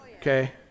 Okay